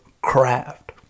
craft